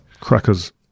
crackers